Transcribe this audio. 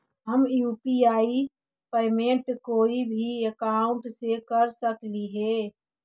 हम UPI payment कोई भी अकाउंट से कर सकली हे?